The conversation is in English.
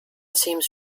seems